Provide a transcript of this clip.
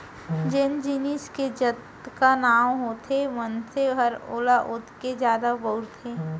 जेन जिनिस के जतका नांव होथे मनसे हर ओला ओतके जादा बउरथे